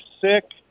sick